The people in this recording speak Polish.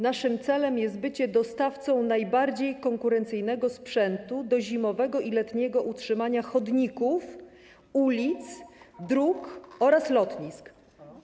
Naszym celem jest bycie dostawcą najbardziej konkurencyjnego sprzętu do zimowego i letniego utrzymania chodników, ulic, dróg oraz lotnisk.